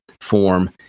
form